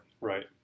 Right